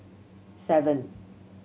seven